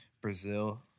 Brazil